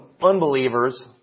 unbelievers